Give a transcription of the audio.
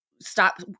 stop